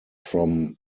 from